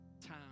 time